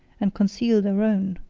and conceal their own,